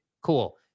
cool